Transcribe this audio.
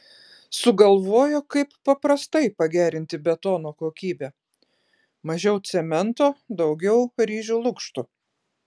sugalvojo kaip paprastai pagerinti betono kokybę mažiau cemento daugiau ryžių lukštų